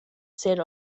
said